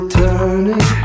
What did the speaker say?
turning